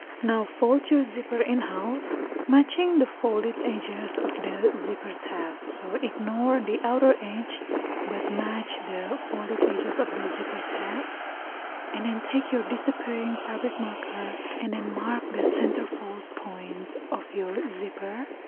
now fold your zipper in half matching the folded edges of the zipper tab so ignore and the outer edge but match the folded edges of the zipper tabs and then take your disappearing fabric marker and then mark the center fold point of your zipper,